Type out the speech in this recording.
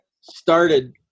started